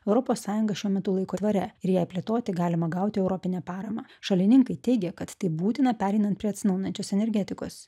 europos sąjunga šiuo metu laiko tvaria ir jai plėtoti galima gauti europinę paramą šalininkai teigia kad tai būtina pereinant prie atsinaujinančios energetikos